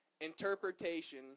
Interpretation